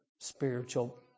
Spiritual